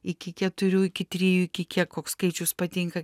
iki keturių iki trijų iki kiek koks skaičius patinka